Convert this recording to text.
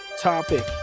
topic